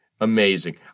Amazing